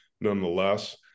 nonetheless